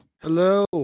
Hello